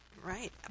Right